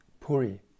Puri